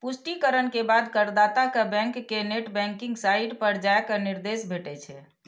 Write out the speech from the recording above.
पुष्टिकरण के बाद करदाता कें बैंक के नेट बैंकिंग साइट पर जाइ के निर्देश भेटै छै